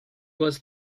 was